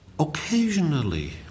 Occasionally